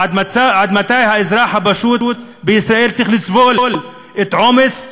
עד מתי האזרח הפשוט בישראל צריך לסבול את עומס ההתנחלויות?